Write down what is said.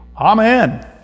Amen